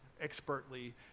expertly